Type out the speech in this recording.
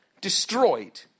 Destroyed